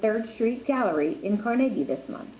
third street gallery in carnegie this month